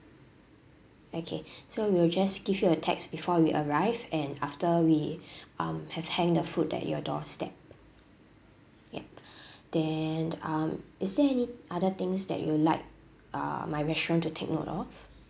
okay so we'll just give you a text before we arrive and after we um have hang the food at your doorstep yup then um is there any other things that you would like uh my restaurant to take note of